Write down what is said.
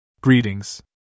Greetings